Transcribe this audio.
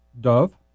dove